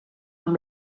amb